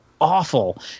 awful